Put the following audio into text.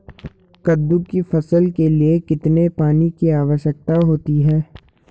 कद्दू की फसल के लिए कितने पानी की आवश्यकता होती है?